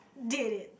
did it